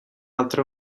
altra